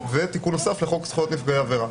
ותיקון נוסף לחוק זכויות נפגעי עבירה.